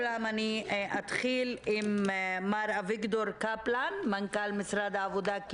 אתחיל עם מר אביגדור קפלן, מנכ"ל משרד העבודה.